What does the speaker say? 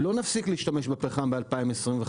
לא נפסיק להשתמש בפחם ב-2025.